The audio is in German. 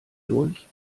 durch